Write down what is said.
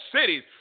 cities